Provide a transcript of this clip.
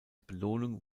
belohnung